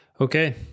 Okay